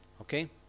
Okay